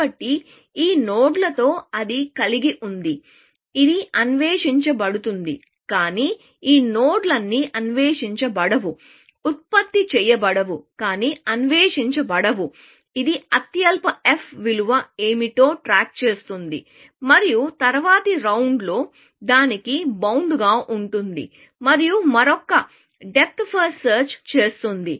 కాబట్టి ఈ నోడ్లతో అది కలిగి ఉంది ఇది అన్వేషించబడుతుంది కానీ ఈ నోడ్లన్నీ అన్వేషించబడవు ఉత్పత్తి చేయబడవు కాని అన్వేషించబడవు ఇది అత్యల్ప f విలువ ఏమిటో ట్రాక్ చేస్తుంది మరియు తరువాతి రౌండ్లో దానికి బౌండ్ గా ఉంటుంది మరియు మరొక డెప్త్ ఫస్ట్ సెర్చ్ చేస్తుంది